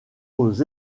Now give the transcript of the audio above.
aux